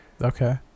Okay